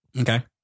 Okay